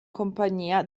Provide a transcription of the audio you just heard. compagnia